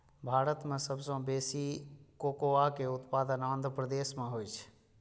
भारत मे सबसं बेसी कोकोआ के उत्पादन आंध्र प्रदेश मे होइ छै